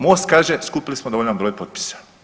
MOST kaže skupili smo dovoljan broj potpisa.